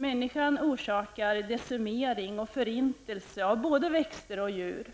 Människan orsakar decimering och förintelse av både växter och djur.